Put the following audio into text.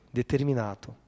determinato